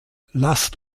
lasst